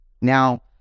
Now